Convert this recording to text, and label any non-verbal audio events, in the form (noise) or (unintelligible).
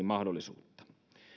(unintelligible) mahdollisuutta